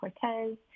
cortez